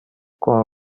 con